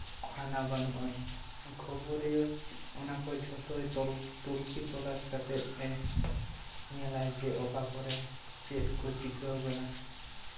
ᱦᱟᱱᱟ ᱵᱟᱹᱱᱩᱜ ᱟᱱ ᱠᱷᱚᱵᱚᱨᱤᱭᱟᱹ ᱚᱱᱟ ᱠᱚ ᱡᱷᱚᱛᱚᱭ ᱛᱩᱱᱠᱷᱤ ᱛᱚᱞᱟᱥ ᱠᱟᱛᱮ ᱮ ᱧᱮᱞᱟ ᱡᱮ ᱚᱠᱟ ᱠᱚᱨᱮ ᱪᱮᱫ ᱠᱚ ᱪᱤᱠᱟᱹᱣ ᱠᱟᱱᱟ